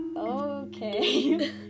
Okay